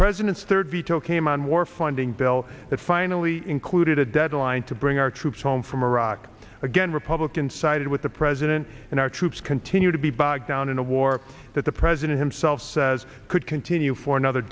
president's third veto came on war funding bill that finally included a deadline to bring our troops home from iraq again republican sided with the president and our troops can to to be bogged down in a war that the president himself says could continue for another